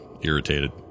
irritated